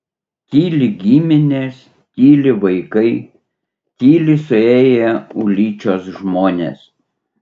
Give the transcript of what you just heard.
tyli giminės tyli vaikai tyli suėję ulyčios žmonės